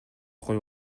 коюп